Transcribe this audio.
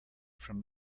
from